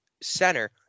center